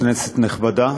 כנסת נכבדה,